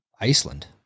Iceland